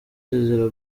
zizira